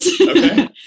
Okay